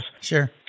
Sure